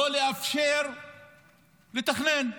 לא לאפשר לתכנן.